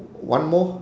one more